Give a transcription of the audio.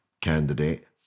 candidate